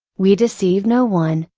we deceive no one,